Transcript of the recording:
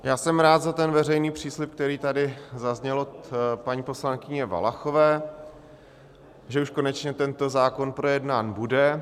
Já jsem rád za veřejný příslib, který tady zazněl od paní poslankyně Valachové, že už konečně tento zákon projednán bude.